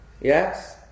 Yes